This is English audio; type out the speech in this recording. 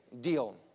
Deal